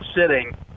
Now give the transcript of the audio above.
sitting